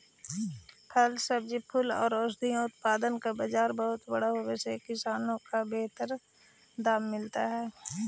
फल, सब्जी, फूल और औषधीय उत्पादों का बाजार बहुत बड़ा होवे से किसानों को बेहतर दाम मिल हई